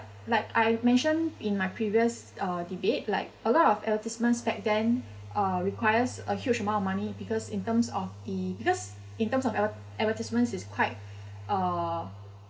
like I mention in my previous uh debate like a lot of advertisements back then uh requires a huge amount of money because in terms of the because in terms of adver~ advertisements is quite uh